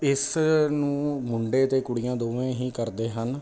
ਇਸ ਨੂੰ ਮੁੰਡੇ ਅਤੇ ਕੁੜੀਆਂ ਦੋਵੇਂ ਹੀ ਕਰਦੇ ਹਨ